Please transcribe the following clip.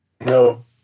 No